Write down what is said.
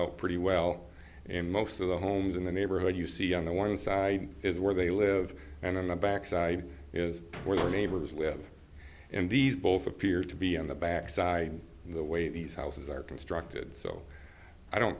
out pretty well and most of the homes in the neighborhood you see on the one side is where they live and on the back side is where the neighbors live and these both appear to be on the back side in the way these houses are constructed so i don't